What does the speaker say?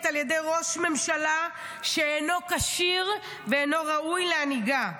על ידי ראש ממשלה שאינו כשיר ואינו ראוי להנהיגה.